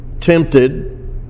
tempted